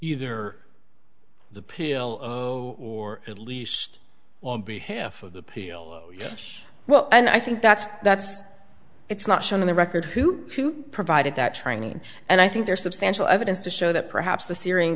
either the pill or at least on behalf of the peel yes well and i think that's that's it's not shown in the record who provided that training and i think there's substantial evidence to show that perhaps the syrian